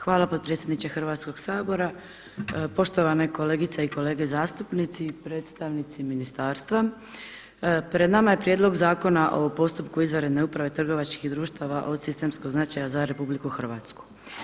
Hvala potpredsjedniče Hrvatskoga sabora, poštovane kolegice i kolege zastupnici, predstavnici ministarstva, pred nama je Prijedlog zakona o postupku izvanredne uprave trgovačkih društava od sistemskog značaja za Republiku Hrvatsku.